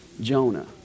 Jonah